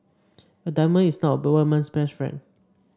a diamond is not a woman's best friend